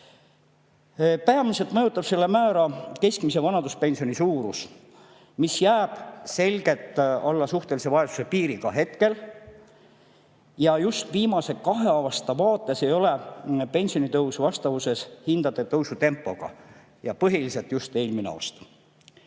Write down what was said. Peamiselt mõjutab seda määra keskmise vanaduspensioni suurus, mis jääb selgelt alla suhtelise vaesuse piiri ka praegu. Viimase kahe aasta vaates ei ole pensionitõus vastavuses hindade tõusu tempoga, ja põhiliselt just eelmisel aastal.